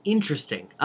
Interesting